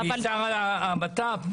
משר הבט"פ?